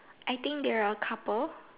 I think they're couple